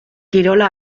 kirola